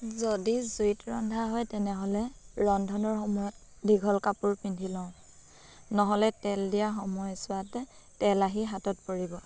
যদি জুইত ৰন্ধা হয় তেনেহ'লে ৰন্ধনৰ সময়ত দীঘল কাপোৰ পিন্ধি লওঁ নহ'লে তেল দিয়াৰ সময়ছোৱাতে তেল আহি হাতত পৰিব